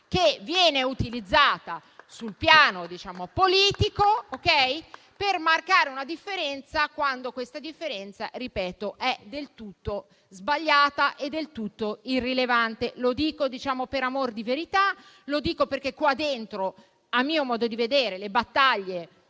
utilizzata sul piano politico per marcare una differenza, quando questa differenza - ripeto - è del tutto sbagliata e del tutto irrilevante. Lo diciamo per amor di verità e lo dico perché qua dentro - a mio modo di vedere - le battaglie